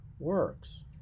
works